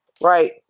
Right